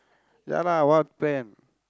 ya lah what plan